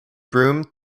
broom